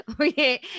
Okay